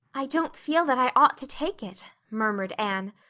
i don't feel that i ought to take it, murmured anne.